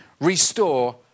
restore